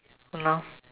!hannor!